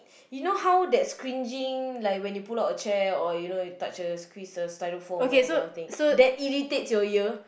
you know how that scringing like when you pull out a chair or you know you touch a squeeze a styrofoam that kind of thing that irritates your ear